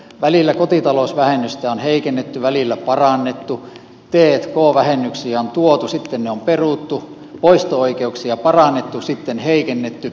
välillä kotitalousvähennystä on heikennetty välillä parannettu t k vähennyksiä on tuotu sitten ne on peruttu poisto oikeuksia parannettu sitten heikennetty